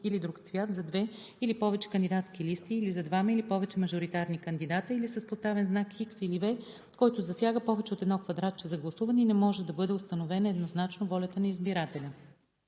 или друг цвят, за две или повече кандидатски листи или за двама или повече мажоритарни кандидати или с поставен знак „Х“ или „V“, който засяга повече от едно квадратче за гласуване и не може да бъде установена еднозначно волята на избирателя;